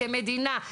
כמדינה,